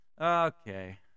Okay